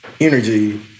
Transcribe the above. energy